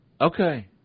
Okay